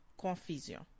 Confusion